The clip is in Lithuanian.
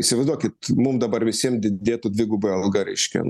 įsivaizduokit mum dabar visiem didėtų dviguba alga reiškia